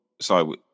sorry